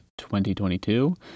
2022